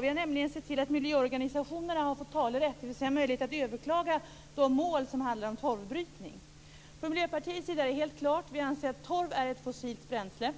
Vi har nämligen sett till att miljöorganisationerna har fått talerätt, dvs. möjlighet att överklaga de mål som handlar om torvbrytning. Från Miljöpartiets sida är det helt klart. Vi anser att torv är ett fossilt bränsle.